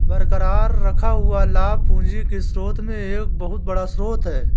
बरकरार रखा हुआ लाभ पूंजी के स्रोत में एक बहुत बड़ा स्रोत है